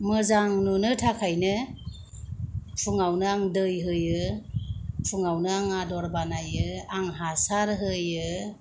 मोजां नुनो थाखायनो फुङावनो आं दै होयो फुङावनो आं आदर बानायो आं हासार होयो